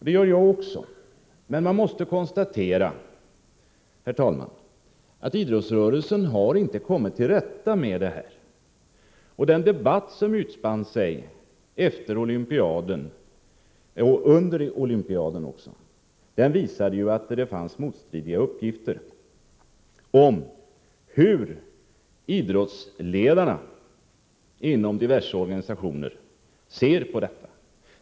Det gör jag också, men man måste konstatera, herr talman, att idrottsrörelsen inte har kommit till rätta med detta. Den debatt som utspann sig under och efter olympiaden visade att det fanns motstridiga uppgifter om hur idrottsledarna inom diverse organisationer ser på detta problem.